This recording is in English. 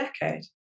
decade